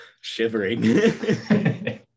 Shivering